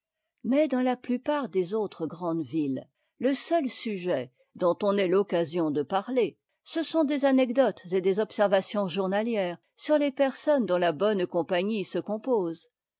mais dans la plupart des autres grandes villes le seul sujet dont on ait l'occasion de parler ce sont des anecdotes et des observations journalières sur les personnes dont a bonne compagnie se compose